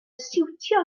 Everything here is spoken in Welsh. siwtio